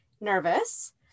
nervous